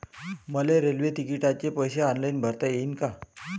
मले रेल्वे तिकिटाचे पैसे ऑनलाईन भरता येईन का?